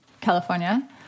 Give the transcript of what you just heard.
California